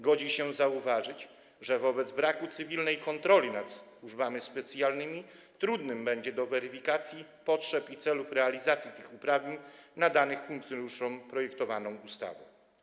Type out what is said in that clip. Godzi się zauważyć, że wobec braku cywilnej kontroli nad służbami specjalnymi trudna będzie weryfikacja potrzeb i celów realizacji tych uprawnień nadanych funkcjonariuszom projektowaną ustawą.